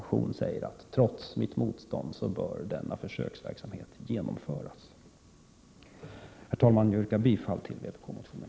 Larz Johansson säger i sin egen reservation att trots hans motstånd bör försöksverksamheten genomföras. Herr talman! Jag yrkar bifall till vpk-reservationerna.